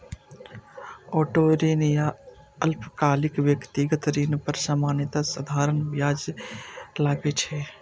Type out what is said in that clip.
auto ऋण या अल्पकालिक व्यक्तिगत ऋण पर सामान्यतः साधारण ब्याज लागै छै